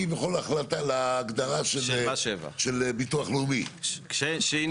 כביכול להגדרה של --- של מס שבח.